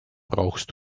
brauchst